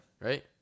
Right